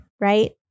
right